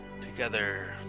together